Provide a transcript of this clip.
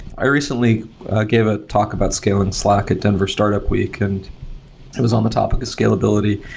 i recently gave a talk about scale and slack at denver startup week, and it was on the topic of scalability.